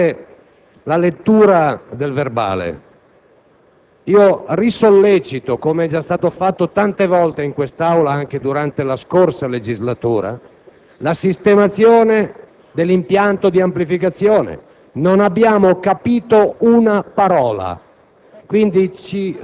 interpretare la lettura del processo verbale. Intendo sollecitare nuovamente, come è già stato fatto tante volte in quest'Aula anche durante la scorsa legislatura, la sistemazione dell'impianto di amplificazione. Non abbiamo capito una parola: